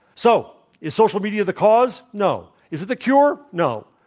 so, is social media the cause? no. is it the cure? no.